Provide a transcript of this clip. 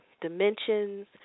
dimensions